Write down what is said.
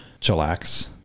chillax